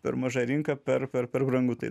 per maža rinka per ar per brangu tai